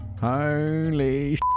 Holy